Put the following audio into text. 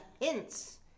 hints